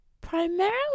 primarily